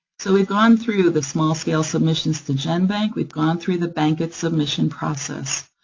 so we've gone through the small scale submissions to genbank, we've gone through the bankit submission process.